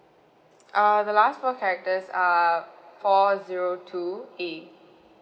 uh the last four characters are four zero two a